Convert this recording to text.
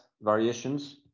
variations